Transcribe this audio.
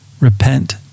Repent